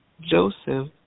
Joseph